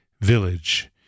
village